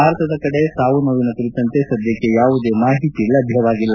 ಭಾರತದ ಕಡೆ ಸಾವು ನೋವಿನ ಕುರಿತಂತೆ ಸದ್ಯಕ್ಕೆ ಯಾವುದೇ ಮಾಹಿತಿ ದೊರೆತಿಲ್ಲ